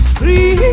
free